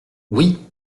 oui